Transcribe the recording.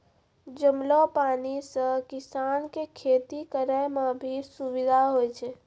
जमलो पानी से किसान के खेती करै मे भी सुबिधा होय छै